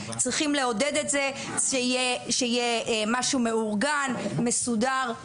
צריכים לעודד את זה שיהיה משהו מאורגן, מסודר.